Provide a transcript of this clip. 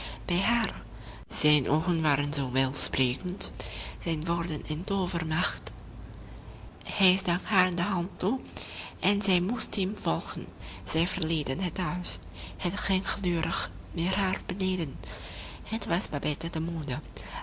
bij haar zijn oogen waren zoo welsprekend zijn woorden een toovermacht hij stak haar de hand toe en zij moest hem volgen zij verlieten het huis het ging gedurig meer naar beneden het was babette te moede